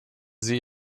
sie